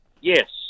Yes